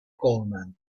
coleman